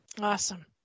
Awesome